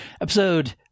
Episode